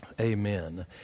Amen